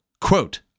quote